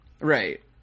Right